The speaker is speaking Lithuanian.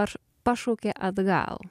ar pašaukė atgal